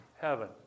heaven